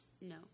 No